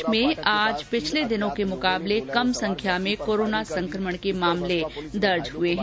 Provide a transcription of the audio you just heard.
देश में आज पिछले दिनों के मुकाबले कम संख्या में कोरोना संक्रमण के मामले दर्ज हुए है